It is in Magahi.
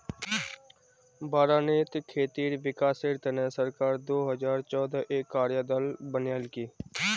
बारानीत खेतीर विकासेर तने सरकार दो हजार चौदहत एक कार्य दल बनैय्यालकी